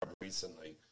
recently